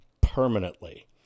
permanently